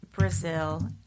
Brazil